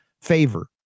favor